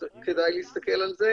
כדאי להסתכל על זה,